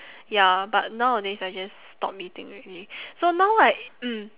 ya but nowadays I just stop eating already so now like mm